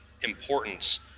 importance